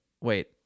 Wait